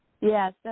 Yes